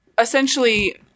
essentially